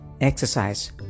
exercise